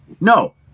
no